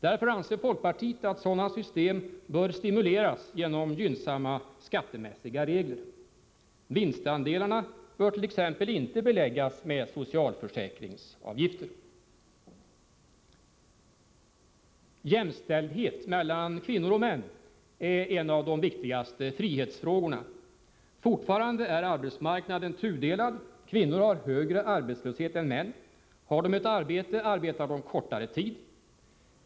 Därför anser folkpartiet att sådana system bör stimuleras genom gynnsamma skattemässiga regler. Vinstandelarna bör t.ex. inte beläggas med socialförsäkringsavgifter. Jämställdhet mellan kvinnor och män är en av de viktigaste frihetsfrågorna. Fortfarande är arbetsmarknaden tudelad. Kvinnor har högre arbetslöshet än män. Har de ett arbete arbetar de kortare tid.